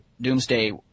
Doomsday